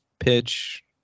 pitch